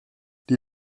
die